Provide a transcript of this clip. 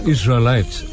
Israelites